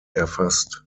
erfasst